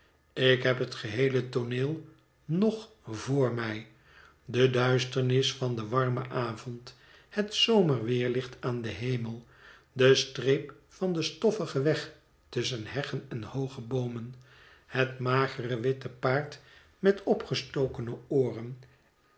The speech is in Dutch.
ik heb het geheele tooneel nog vr mij de duisternis van den warmen avond het zomer weerlicht aan den hemel de streep van den stofferigen weg tusschen heggen en hooge boomen het magere witte paard met opgestokene ooren